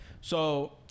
So-